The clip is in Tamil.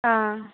ஆ